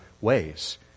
ways